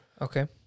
Okay